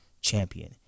champion